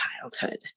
childhood